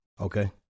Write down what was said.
Okay